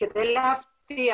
כדי להבטיח